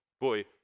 boy